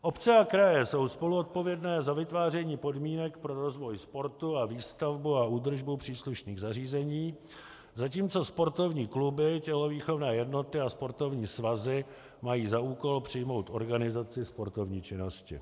Obce a kraje jsou spoluzodpovědné za vytváření podmínek pro rozvoj sportu a výstavbu a údržbu příslušných zařízení, zatímco sportovní kluby, tělovýchovný jednoty a sportovní svazy mají za úkol přijmout organizaci sportovní činnosti.